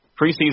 preseason